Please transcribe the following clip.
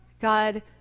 God